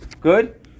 good